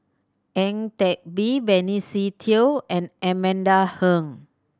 Ang Teck Bee Benny Se Teo and Amanda Heng